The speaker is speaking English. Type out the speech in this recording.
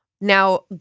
Now